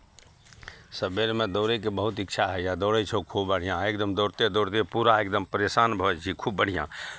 सवेरमे दौड़यके बहुत इच्छा होइए दौड़ै छै ओ खूब बढ़िआँ एकदम दौड़ते दौड़ते पूरा एकदम परेशान भऽ जाइ छी खूब बढ़िआँ